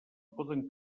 poden